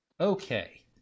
Okay